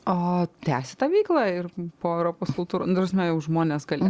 o tęsi tą veiklą ir po europos kultūros nu ta prasme jau žmonės galės